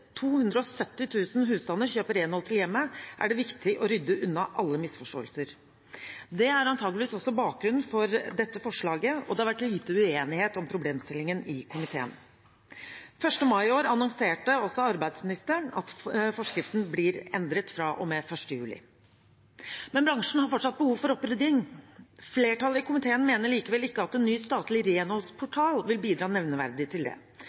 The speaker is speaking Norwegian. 000 husstander kjøper renhold til hjemmet, er det viktig å rydde unna alle misforståelser. Det er antageligvis også bakgrunnen for dette forslaget. Det har vært lite uenighet om problemstillingen i komiteen. Den 1. mai i år annonserte også arbeidsministeren at forskriften blir endret fra og med 1. juli. Men bransjen har fortsatt behov for opprydding. Flertallet i komiteen mener likevel ikke at en ny statlig renholdsportal vil bidra nevneverdig til det.